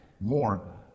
more